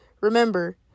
remember